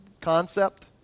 Concept